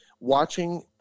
watching